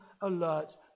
alert